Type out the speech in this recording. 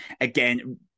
Again